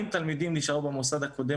40 תלמידים נשארו במוסד הקודם